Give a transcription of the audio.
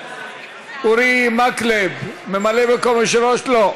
אורי מקלב, ממלא מקום יושב-ראש, לא.